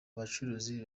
bacuruzi